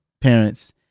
parents